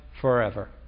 forever